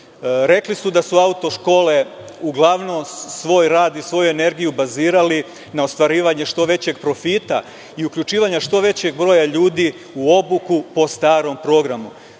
su da su auto škole uglavnom svoj rad i svoju energiju bazirali na ostvarivanju što većeg profita i uključivanja što većeg broja ljudi u obuku po starom programu.